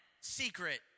Secret